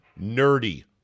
nerdy